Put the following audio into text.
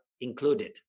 included